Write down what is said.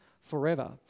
forever